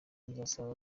nsaba